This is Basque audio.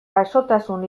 gaixotasun